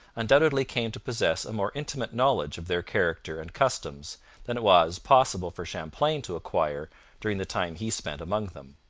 undoubtedly came to possess a more intimate knowledge of their character and customs than it was possible for champlain to acquire during the time he spent among them.